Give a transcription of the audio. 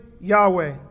Yahweh